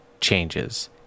changes